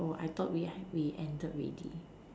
I thought we we ended already